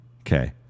Okay